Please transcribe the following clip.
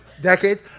decades